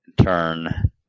turn